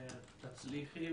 תצליחי.